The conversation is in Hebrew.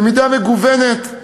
למידה מגוונת.